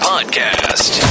Podcast